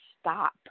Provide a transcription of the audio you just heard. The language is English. stop